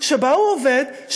שבה הוא עובד,